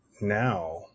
now